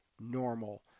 normal